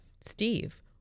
Steve